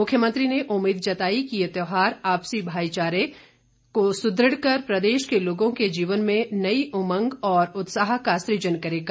मुख्यमंत्री ने उम्मीद जताई कि ये त्योहार आपसी भाईचारे को सुदृढ़ कर प्रदेश के लोगों के जीवन में नई उमंग और उत्साह का सृजन करेगा